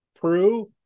Prue